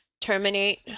terminate